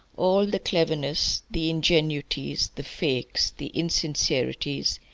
all the cleverness, the ingenuities, the fakes, the insincerities,